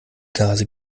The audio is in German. gase